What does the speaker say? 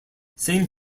same